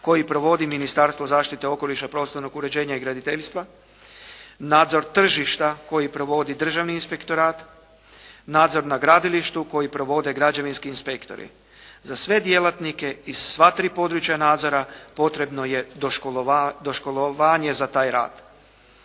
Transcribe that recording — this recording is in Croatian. koji provodi Ministarstvo zaštite okoliša, prostornog uređenja i graditeljstva, nadzor tržišta koji provodi Državni inspektorat, nadzor na gradilištu koji provode građevinski inspektori. Za sve djelatnike iz sva tri područja nadzora potrebno je doškolovanje za taj rad.